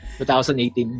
2018